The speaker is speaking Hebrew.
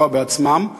לפגוע בעצמם.